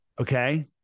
Okay